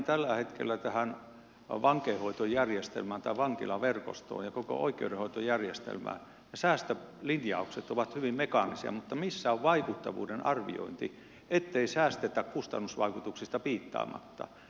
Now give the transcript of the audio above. tällä hetkellä tähän vankeinhoitojärjestelmään vankilaverkostoon ja koko oikeudenhoitojärjestelmään ne säästölinjaukset ovat hyvin mekaanisia mutta missä on vaikuttavuuden arviointi ettei säästetä kustannusvaikutuksista piittaamatta